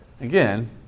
Again